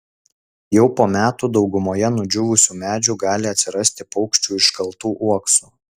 jau po metų daugumoje nudžiūvusių medžių gali atsirasti paukščių iškaltų uoksų